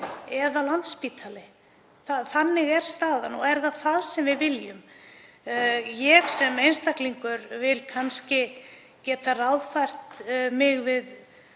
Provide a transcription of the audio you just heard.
eða Landspítali. Þannig er staðan og er það það sem við viljum? Ég sem einstaklingur vil kannski geta ráðfært mig við